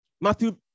Matthew